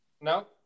No